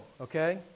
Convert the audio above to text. okay